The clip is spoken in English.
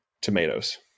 tomatoes